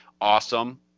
awesome